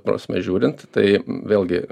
prasme žiūrint tai vėlgi